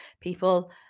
people